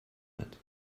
mit